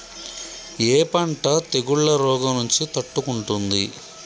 ఏ పంట తెగుళ్ల రోగం నుంచి తట్టుకుంటుంది?